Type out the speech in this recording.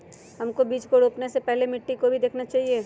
हमको बीज को रोपने से पहले मिट्टी को भी देखना चाहिए?